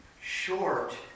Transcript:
short